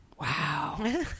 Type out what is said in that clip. wow